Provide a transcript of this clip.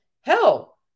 hell